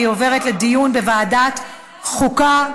והיא עוברת לדיון בוועדת החוקה,